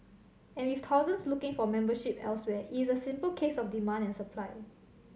and with thousands looking for membership elsewhere it is a simple case of demand and supply